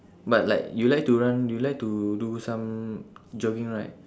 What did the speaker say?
but like you like to run you like to do some jogging right